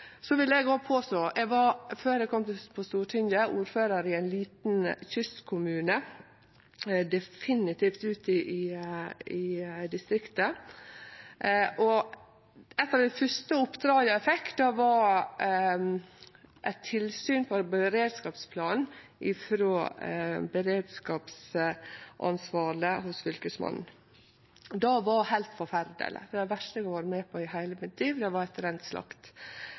eg kom til Stortinget, var eg ordførar i ein liten kystkommune, definitivt ute i distriktet. Eit av dei første oppdraga eg fekk, var tilsyn på beredskapsplanen av den beredskapsansvarlege hos Fylkesmannen. Det var heilt forferdeleg, det verste eg har vore med på i heile mitt liv, det var reint slakt.